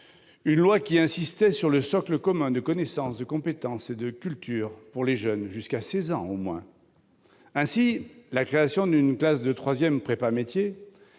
ce texte insistait sur le socle commun de connaissances, de compétences et de culture pour les jeunes, jusqu'à 16 ans au moins. Ainsi, la création d'une classe de troisième « prépa-métiers